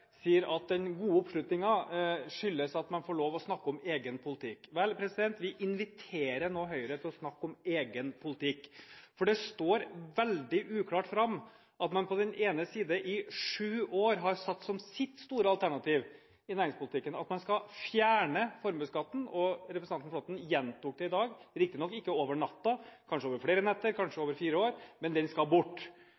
den gode oppslutningen skyldes at man får lov til å snakke om egen politikk. Vel, vi inviterer nå Høyre til å snakke om egen politikk, for det framstår som veldig uklart at man på den ene siden i sju år har hatt som sitt store alternativ i næringspolitikken at man skal fjerne formuesskatten – og representanten Flåtten gjentok det i dag, riktignok ikke over natten, kanskje over flere netter, kanskje